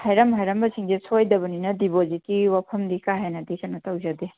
ꯍꯥꯏꯔꯝ ꯍꯥꯏꯔꯝꯕꯁꯤꯡꯁꯦ ꯁꯣꯏꯗꯕꯅꯤꯅ ꯗꯤꯄꯣꯖꯤꯠꯀꯤ ꯋꯥꯐꯝꯗꯤ ꯀꯔꯤ ꯍꯦꯟꯅꯗꯤ ꯀꯩꯅꯣ ꯇꯧꯖꯗꯦ